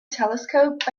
telescope